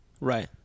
Right